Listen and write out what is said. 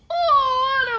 oh